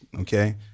Okay